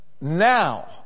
now